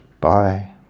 Bye